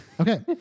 okay